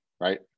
right